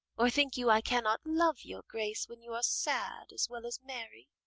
or think you i cannot love your grace when you are sad as well as merry?